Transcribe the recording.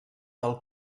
del